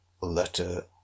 Letter